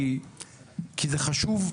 כי זה חשוב,